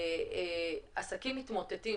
עסקים מתמוטטים,